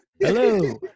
hello